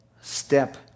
step